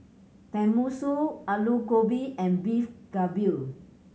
Tenmusu Alu Gobi and Beef Galbi